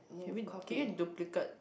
can we can you duplicate